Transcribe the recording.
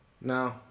No